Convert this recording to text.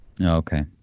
Okay